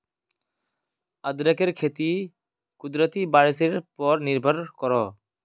अदरकेर खेती कुदरती बारिशेर पोर निर्भर करोह